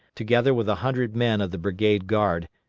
together with a hundred men of the brigade guard,